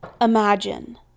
Imagine